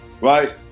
Right